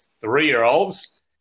three-year-olds